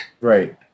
Right